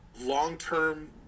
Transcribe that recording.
long-term